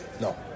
No